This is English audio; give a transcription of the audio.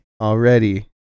Already